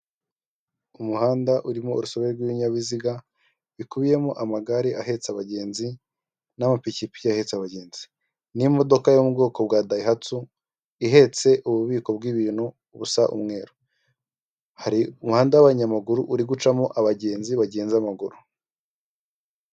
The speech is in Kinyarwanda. Umuhanda urimo urusobe rw'ibinyabiziga bikubiyemo amagare ahetse abagenzi, n'amapikipi ahetse abagenzi, n'imodoka yo mu bwoko bwa dayihatsu ihetse ububiko bw'ibintu busa umweru, hari umuhanda w'abanyamaguru uri gucamo abagenzi bagenza amaguru.